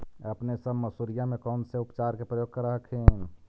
अपने सब मसुरिया मे कौन से उपचार के प्रयोग कर हखिन?